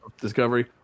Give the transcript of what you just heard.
Discovery